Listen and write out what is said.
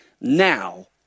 now